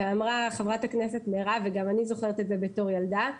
ואמרה חברת הכנסת מירב וגם אני זוכרת את זה בתור ילדה,